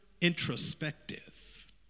introspective